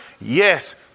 Yes